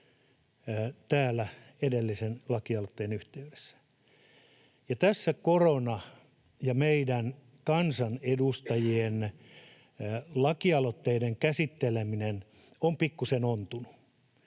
täällä edellisen lakialoitteen yhteydessä. Koronan takia meidän kansanedustajien lakialoitteiden käsitteleminen on pikkuisen ontunut.